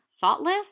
thoughtless